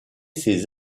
ses